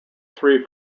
three